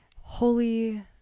Holy